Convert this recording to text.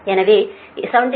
எனவே 76